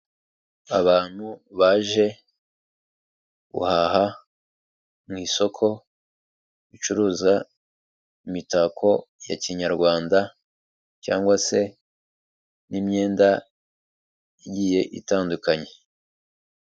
Abantu baje guhaha mu isoko bicuruza imitako ya kinyarwanda, cyangwag se n'imyenda igiye itandukanye.